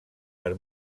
per